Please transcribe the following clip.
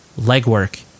legwork